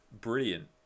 brilliant